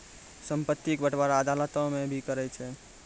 संपत्ति के बंटबारा अदालतें भी करै छै